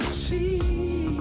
see